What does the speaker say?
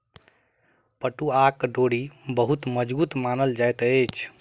पटुआक डोरी बहुत मजबूत मानल जाइत अछि